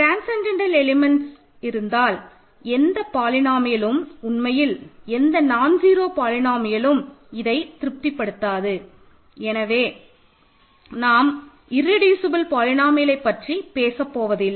transcendental elements இருந்தால் எந்த பாலினோமியல்லும் உண்மையில் எந்த நான் ஜீரோ பாலினோமியல்லும் இதை திருப்திபடுத்தாது எனவே நாம் இர்ரெடியூசபல் பாலினோமியல்லைப் பற்றி பேசப்போவதில்லை